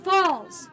Falls